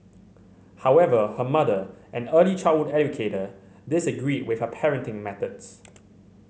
however her mother an early childhood educator disagreed with her parenting methods